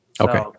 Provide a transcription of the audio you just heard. Okay